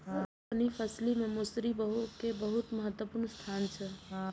दलहनी फसिल मे मौसरी के बहुत महत्वपूर्ण स्थान छै